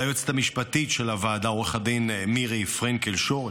ליועצת המשפטית של הוועדה עו"ד מירי פרנקל-שור,